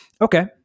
Okay